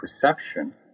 perception